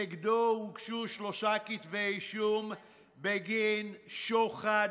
שנגדו הוגשו שלושה כתבי אישום בגין שוחד,